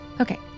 Okay